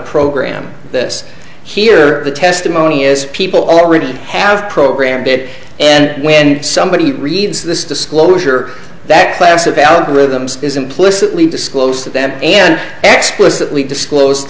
program this here the testimony is people already have programmed it and when somebody reads this disclosure that class of algorithms is implicitly disclosed to them and